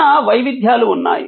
చిన్న వైవిధ్యాలు ఉన్నాయి